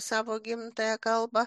savo gimtąją kalbą